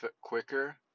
quicker